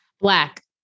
Black